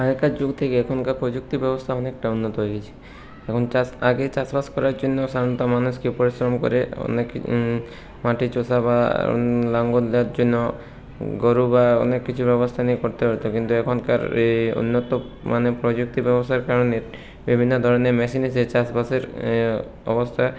আগেকার যুগ থেকে এখনকার প্রযুক্তি ব্যবস্থা অনেকটা উন্নত হয়ে গিয়েছে এখন চাষ আগে চাষ বাস করার জন্য সাধারণত মানুষকে পরিশ্রম করে অনেক মাটি চষা বা লাঙল দেওয়ার জন্য গরু বা অনেক কিছুর ব্যবস্থা নিয়ে করতে পারতো কিন্তু এখনকার এই উন্নত মানের প্রযুক্তি ব্যবস্থার কারণে বিভিন্ন ধরনের মেশিন এসে চাষ বাসের অবস্থা